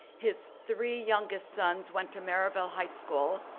his three youngest sons went to maryville high school,